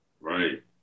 Right